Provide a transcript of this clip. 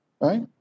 Right